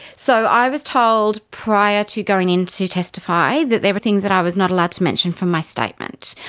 so i was told prior to going in to testify that there were things that i was not allowed to mention from my statement.